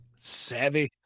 Savvy